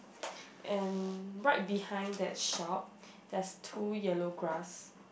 and right behind that shop there's two yellow grass